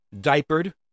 diapered